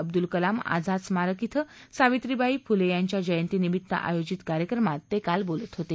अब्दुल कलाम आझाद स्मारक बें सावित्रीबाई फुले यांच्या जयंतीनिमित्त आयोजित कार्यक्रमात ते काल बोलत होते